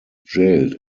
jailed